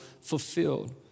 fulfilled